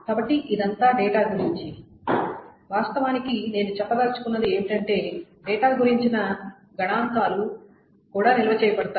కాబట్టి ఇదంతా డేటా గురించి వాస్తవానికి నేను చెప్పదలచుకున్నది ఏమిటంటే డేటా గురించిన గణాంకాలు కూడా నిల్వచేయబడతాయి